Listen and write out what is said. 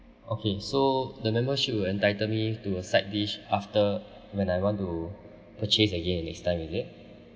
okay so the membership will entitled me to a side dish after when I want to purchase again next time is it